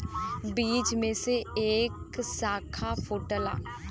बीज में से एक साखा फूटला